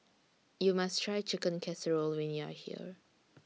YOU must Try Chicken Casserole when YOU Are here